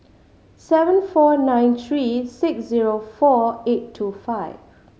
seven four nine three six zero four eight two five